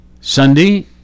Sunday